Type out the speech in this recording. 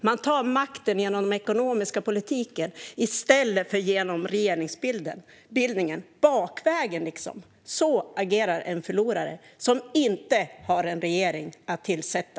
Man tar makten genom den ekonomiska politiken i stället för genom regeringsbildningen, bakvägen liksom. Så agerar en förlorare som inte har en regering att tillsätta!